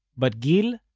but gil?